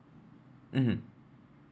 mmhmm